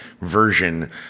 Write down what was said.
version